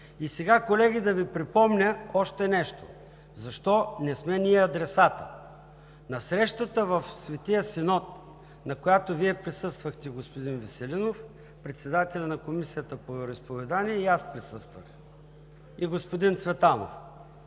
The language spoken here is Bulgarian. Колеги, сега да Ви припомня още нещо – защо не сме ние адресатът. На срещата в Светия Синод, на която присъствахте Вие, господин Веселинов, председателят на Комисията по вероизповеданията, аз присъствах и господин Цветанов